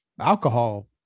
alcohol